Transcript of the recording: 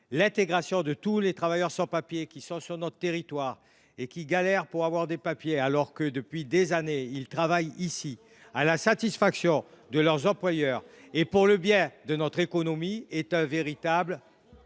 l’intégration de tous les travailleurs qui sont sur notre territoire et galèrent pour avoir des papiers, alors que, depuis des années, ils travaillent ici à la satisfaction de leurs employeurs et pour le bien de notre économie, constitue un véritable